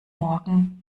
morgen